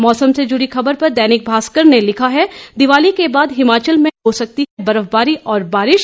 मौसम से जुड़ी ख़बर पर दैनिक भास्कर ने लिखा है दिवाली के बाद हिमाचल में हो सकती है बर्फबारी और बारिश